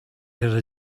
your